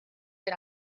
per